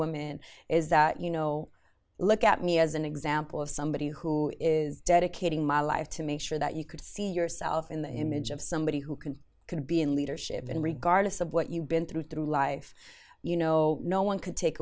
women is that you know look at me as an example of somebody who is dedicating my life to make sure that you could see yourself in the image of somebody who can can be in leadership and regardless of what you've been through through life you know no one can take